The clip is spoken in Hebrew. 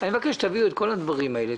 אני מבקש שתעבירו את כל הדברים האלה,